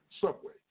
subway